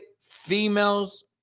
females